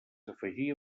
afegia